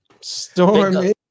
Stormy